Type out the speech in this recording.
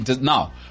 Now